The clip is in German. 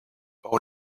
bau